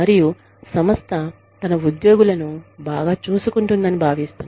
మరియు సంస్థ తన ఉద్యోగులను బాగా చూసుకుంటుందని భావిస్తుంది